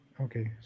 Okay